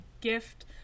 gift